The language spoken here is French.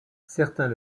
certains